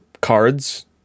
cards